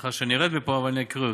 לאחר שארד מפה, אבל אני אקריא אותו: